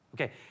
Okay